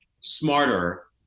smarter